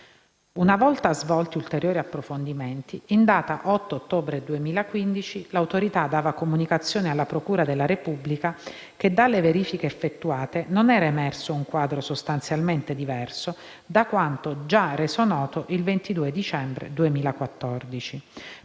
Una volta svolti ulteriori approfondimenti, in data 8 ottobre 2015 l’Autorità dava comunicazione alla procura della Repubblica che dalle verifiche effettuate non era emerso un quadro sostanzialmente diverso da quanto già reso noto il 22 dicembre 2014;